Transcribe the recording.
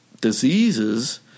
diseases